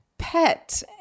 pet